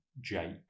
Jake